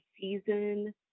season